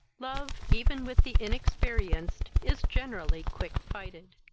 love even with the inexperienced is generally quick-fighted.